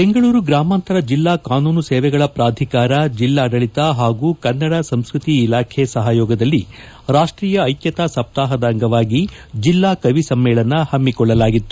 ಬೆಂಗಳೂರು ಗ್ರಾಮಾಂತರ ಜಿಲ್ಲಾ ಕಾನೂನು ಸೇವೆಗಳ ಪ್ರಾಧಿಕಾರ ಜಿಲ್ಲಾಡಳಿತ ಹಾಗೂ ಕನ್ನಡ ಸಂಸ್ಕೃತಿ ಇಲಾಖೆ ಸಹಯೋಗದಲ್ಲಿ ರಾಷ್ಟೀಯ ಐಕ್ಯತಾ ಸಪ್ತಾಹದ ಅಂಗವಾಗಿ ಜಿಲ್ಲಾ ಕವಿ ಸಮ್ಮೇಳನ ಹಮ್ಮಿಕೊಳ್ಳಲಾಗಿತ್ತು